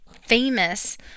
famous